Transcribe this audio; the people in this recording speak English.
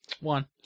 One